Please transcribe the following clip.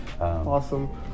Awesome